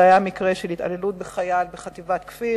וזה היה מקרה של התעללות בחייל בחטיבת כפיר,